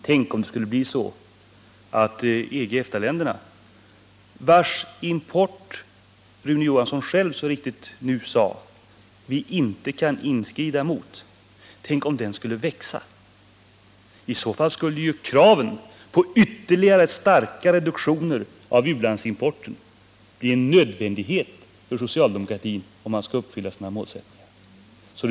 Och om EG/EFTA ländernas import, som Rune Johansson själv så riktigt sade att vi inte kan inskrida mot, skulle växa — då skulle kraven på ytterligare starka reduktioner av u-landsimporten bli en nödvändighet för socialdemokratin, om man skulle uppfylla sina målsättningar.